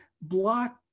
block